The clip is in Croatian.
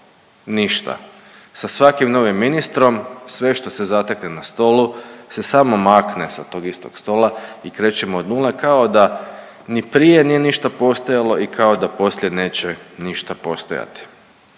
ništa. Sa svakim novim ministrom sve što se zatekne na stolu se samo makne sa tog istog stola i krećemo od nule kao da ni prije nije ništa postojalo i kao da poslije neće ništa postojati.